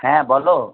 হ্যাঁ বলো